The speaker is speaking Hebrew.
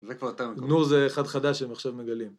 זה כבר יותר מקורי. -נו, זה אחד חדש שהם עכשיו מגלים.